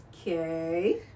Okay